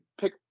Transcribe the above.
pick